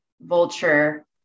vulture